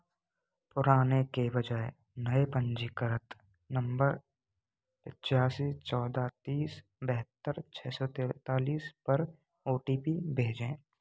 पुराने के बजाय नए पंजीकृत नंबर पचासी चौदह तीस बहत्तर छः सौ तैंतालीस पर ओ टी पी भेजें